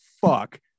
fuck